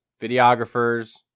videographers